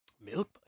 Milk